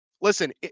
listen